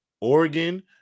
Oregon